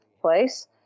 place